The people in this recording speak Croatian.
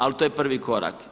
Ali to je prvi korak.